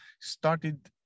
started